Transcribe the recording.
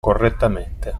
correttamente